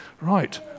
right